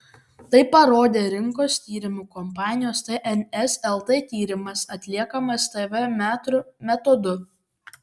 tai parodė rinkos tyrimų kompanijos tns lt tyrimas atliekamas tv metrų metodu